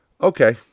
Okay